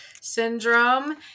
Syndrome